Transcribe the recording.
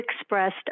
expressed